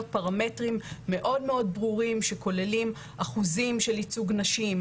פרמטרים מאוד מאוד ברורים שכוללים אחוזים של ייצוג נשים,